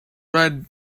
red